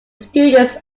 students